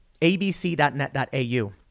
abc.net.au